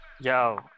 Yo